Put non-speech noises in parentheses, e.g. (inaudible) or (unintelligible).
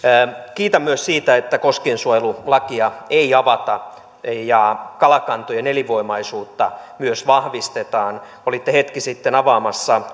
kiitän myös siitä että koskiensuojelulakia ei avata ja myös kalakantojen elinvoimaisuutta vahvistetaan olitte hetki sitten avaamassa (unintelligible)